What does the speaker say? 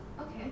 Okay